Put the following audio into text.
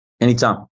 Anytime